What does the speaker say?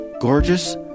gorgeous